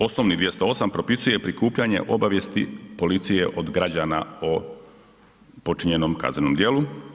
Osnovni 208. propisuje prikupljanje obavijesti policije od građana o počinjenom kaznenom djelu.